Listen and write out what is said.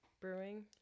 Brewing